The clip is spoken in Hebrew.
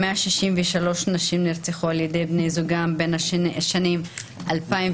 163 נשים נרצחו על ידי בני זוגן בין השנים 2018-2004,